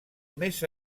més